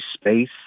space